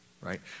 right